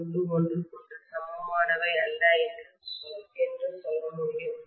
ஒன்றுக்கொன்று சமமானவை அல்ல என்று நான் சொல்ல முடியும்